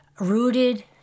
rooted